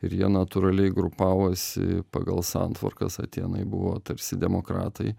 ir jie natūraliai grupavosi pagal santvarkas atėnai buvo tarsi demokratai